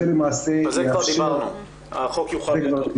על זה כבר דיברנו, החוק יחול רטרואקטיבית.